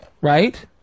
right